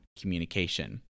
communication